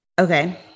Okay